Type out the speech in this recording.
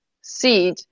seed